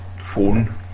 phone